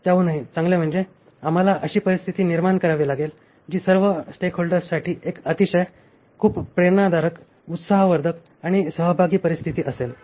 त्याहूनही चांगले म्हणजे आम्हाला अशी परिस्थिती निर्माण करावी लागेल जी सर्व स्टेकहोल्डर्ससाठी एक अतिशय खूप प्रेरणादायक उत्साहवर्धक आणि सहभागी परिस्थिती असेल